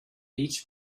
each